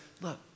look